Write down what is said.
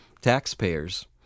taxpayers